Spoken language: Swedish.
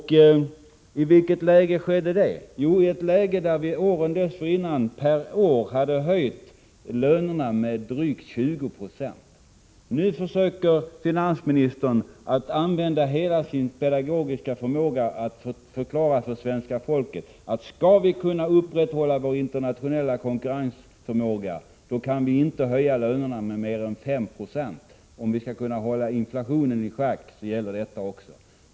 I vilket läge skedde det? Jo, i ett läge där vi åren dessförinnan hade höjt lönerna med drygt 20 96 per år. Med fullt användande av sin pedagogiska förmåga försöker finansminis tern nu att förklara för svenska folket att om vi skall upprätthålla vår internationella konkurrenskraft, kan vi inte höja lönerna med mer än 5 9. Detsamma är även fallet när det gäller att hålla inflationen i schack.